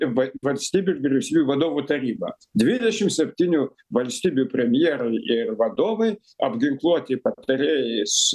v valstybių ir vyriausybių vadovų taryba dvidešim septynių valstybių premjerai ir vadovai apginkluoti patarėjais